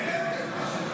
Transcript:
חלם?